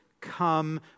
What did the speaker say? come